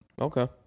Okay